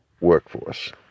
workforce